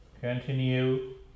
continue